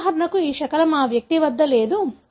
ఉదాహరణకు ఈ శకలం ఈ వ్యక్తి వద్ద లేదు